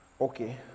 okay